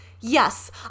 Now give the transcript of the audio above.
yes